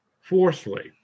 Fourthly